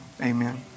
Amen